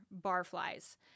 barflies